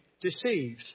deceived